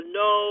no